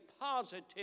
positive